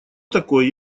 такое